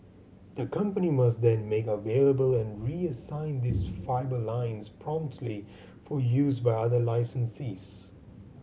the company must then make available and reassign these fibre lines promptly for use by other licensees